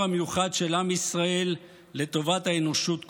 המיוחד של עם ישראל לטובת האנושות כולה.